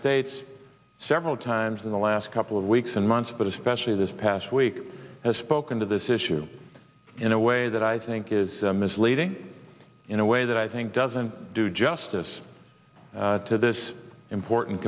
states several times in the last couple of weeks and months but especially this past week has spoken to this issue in a way that i think is misleading in a way that i think doesn't do justice to this important